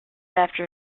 after